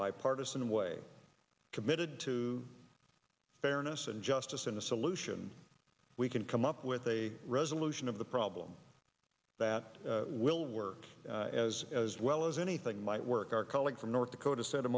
bipartisan way committed to fairness and justice in the solution we can come up with a resolution of the problem that will work as as well as anything might work our colleague from north dakota s